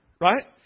right